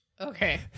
okay